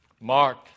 Mark